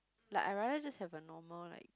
like I rather just have a normal like